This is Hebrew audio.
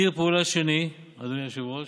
ציר פעולה שני, אדוני היושב-ראש: